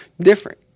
different